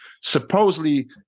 supposedly